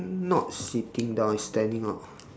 not sitting down it's standing up